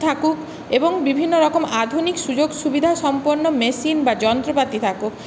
থাকুক এবং বিভিন্নরকম আধুনিক সুযোগ সুবিধাসম্পন্ন মেশিন বা যন্ত্রপাতি থাকুক